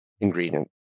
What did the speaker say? ingredient